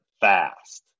fast